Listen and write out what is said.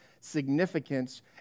significance